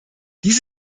dies